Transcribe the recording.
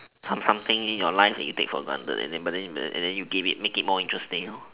some something in your life that you take for granted and then but but then you make it more interesting